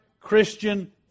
Christian